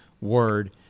word